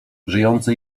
żyjący